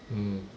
mm